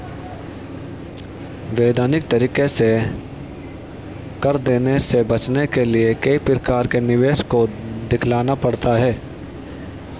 वैधानिक तरीके से कर देने से बचने के लिए कई प्रकार के निवेश को दिखलाना पड़ता है